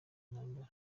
intambara